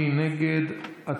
מי נגד?